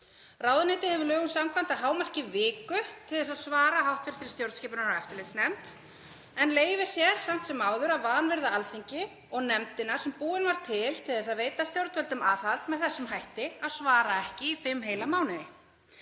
Ráðuneytið hefur lögum samkvæmt að hámarki viku til að svara hv. stjórnskipunar- og eftirlitsnefnd en leyfir sér samt sem áður að vanvirða Alþingi og nefndina sem búin var til til þess að veita stjórnvöldum aðhald með þessum hætti, að svara ekki í fimm heila mánuði.